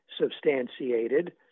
substantiated